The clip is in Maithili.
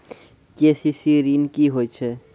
के.सी.सी ॠन की होय छै?